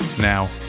Now